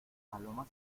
paloma